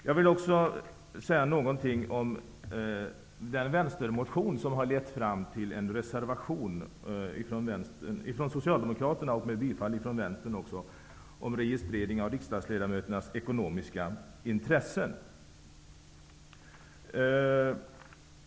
Jag vill också säga något om den motion från Vänsterpartiet som har lett fram till en reservation från Socialdemokraterna och en meningsyttring från Vänsterpartiet om registrering av riksdagsledamöternas ekonomiska interssen.